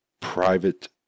private